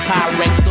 Pyrex